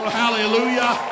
hallelujah